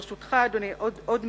ברשותך, אדוני, עוד מלה.